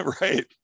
Right